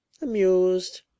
amused